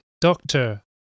Doctor